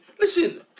Listen